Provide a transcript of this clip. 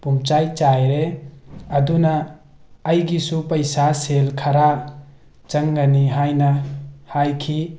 ꯄꯨꯝꯆꯥꯏ ꯆꯥꯏꯔꯦ ꯑꯗꯨꯅ ꯑꯩꯒꯤꯁꯨ ꯄꯩꯁꯥ ꯁꯦꯜ ꯈꯔ ꯆꯪꯒꯅꯤ ꯍꯥꯏꯅ ꯍꯥꯏꯈꯤ